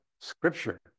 scripture